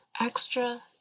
extra